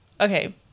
Okay